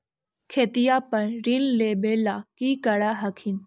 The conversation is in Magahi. खेतिया पर ऋण लेबे ला की कर हखिन?